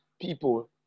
people